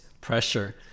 pressure